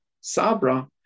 Sabra